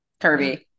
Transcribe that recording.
curvy